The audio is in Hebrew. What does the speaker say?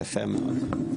יפה מאוד.